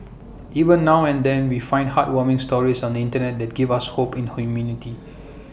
even now and then we find heartwarming stories on the Internet that give us hope in humanity